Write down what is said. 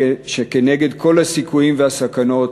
שכנגד כל הסיכויים והסכנות